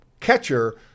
catcher